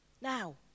now